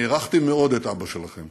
אני הערכתי מאוד את אבא שלכם